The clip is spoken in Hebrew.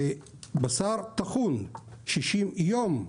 בשר טחון קפוא 60 יום.